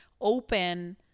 open